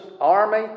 army